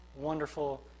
wonderful